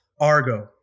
Argo